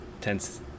tense